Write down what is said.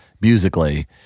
musically